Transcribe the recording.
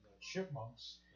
Chipmunks